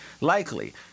likely